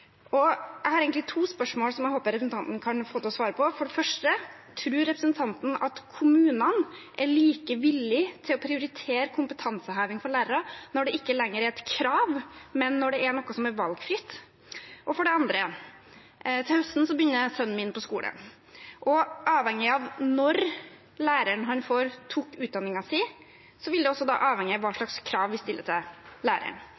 Jeg har egentlig to spørsmål som jeg håper representanten kan få til å svare på. For det første: Tror representanten at kommunene er like villige til å prioritere kompetanseheving for lærere når det ikke lenger er et krav, men noe som er valgfritt? For det andre: Til høsten begynner sønnen min på skolen. Hva slags krav vi stiller til læreren han får, er avhengig av når læreren tok utdanningen sin. Hvis læreren tok